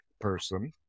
person